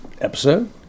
episode